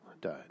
died